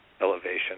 elevation